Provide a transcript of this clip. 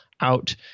out